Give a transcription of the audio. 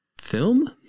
film